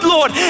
Lord